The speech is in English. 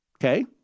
Okay